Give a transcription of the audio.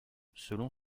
selon